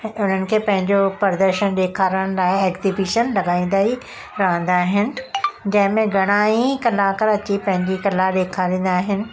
उन्हनि खे पंहिंजो प्रदर्शन ॾेखारण लाइ एक्सिबिशन लॻाईंदा ई रहंदा आहिनि जंहिं में घणई कलाकार अची पंहिंजी कला ॾेखारींदा आहिनि